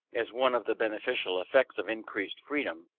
as one of the beneficial effects of increased freedom,